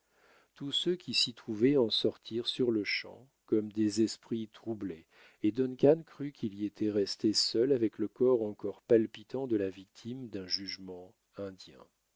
tous ceux qui s'y trouvaient en sortirent sur-le-champ comme des esprits troublés et duncan crut quil y était resté seul avec le corps encore palpitant de la victime d'un jugement indien